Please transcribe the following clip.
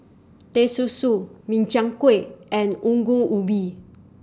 Teh Susu Min Chiang Kueh and Ongol Ubi